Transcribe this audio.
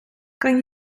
kan